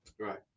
Right